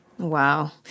Wow